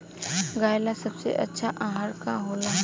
गाय ला सबसे अच्छा आहार का होला?